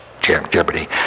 Jeopardy